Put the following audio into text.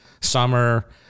Summer